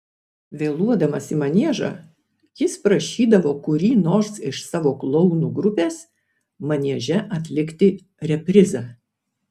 vėluodamas į maniežą jis prašydavo kurį nors iš savo klounų grupės manieže atlikti reprizą